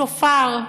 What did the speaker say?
שופר.